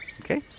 Okay